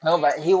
that is like